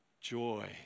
joy